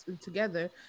together